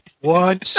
One